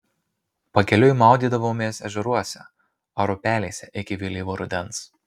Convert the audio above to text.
pakeliui maudydavomės ežeruose ar upelėse iki vėlyvo rudens